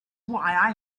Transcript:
why